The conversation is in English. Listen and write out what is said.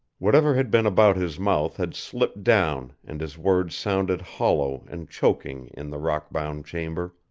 whatever had been about his mouth had slipped down and his words sounded hollow and choking in the rock-bound chamber.